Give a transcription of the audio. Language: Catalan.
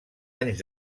anys